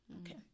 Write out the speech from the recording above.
Okay